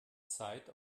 zeit